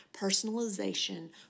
personalization